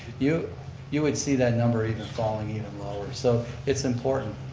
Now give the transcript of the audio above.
you you would see that number even falling even lower. so it's important.